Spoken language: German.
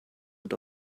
wird